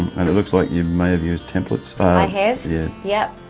and it looks like you may have used templets? i have, yeah. yep.